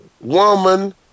woman